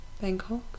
Bangkok